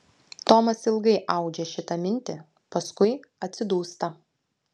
tomas ilgai audžia šitą mintį paskui atsidūsta